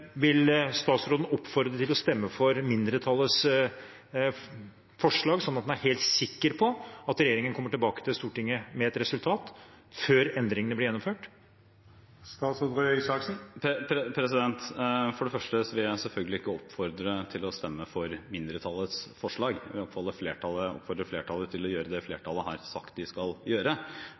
til å stemme for mindretallets forslag, sånn at man er helt sikker på at regjeringen kommer tilbake til Stortinget med et resultat før endringene blir gjennomført? For det første vil jeg selvfølgelig ikke oppfordre til å stemme for mindretallets forslag, jeg vil oppfordre flertallet til å gjøre det flertallet har sagt de skal gjøre.